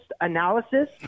analysis